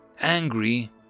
angry